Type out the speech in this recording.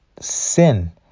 sin